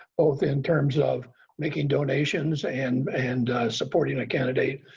both in terms of making donations and and supporting a candidate.